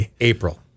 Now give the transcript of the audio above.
April